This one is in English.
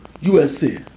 USA